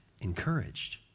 encouraged